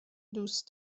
دوست